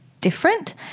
different